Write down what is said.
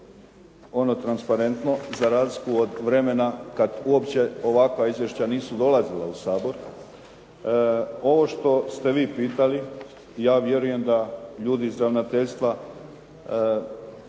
ono transparentno za razliku od vremena kada ovakva izvješća nisu dolazila u Sabor. Ovo što ste vi pitali, ja vjerujem da ljudi iz ravnateljstva